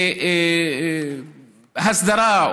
להסדרה,